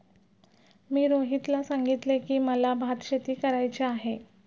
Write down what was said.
मी रोहितला सांगितले की, मला भातशेती करायची आहे